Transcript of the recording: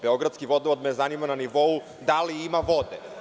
Beogradski vodovod me zanima na nivou da li ima vode.